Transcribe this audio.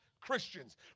Christians